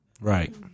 Right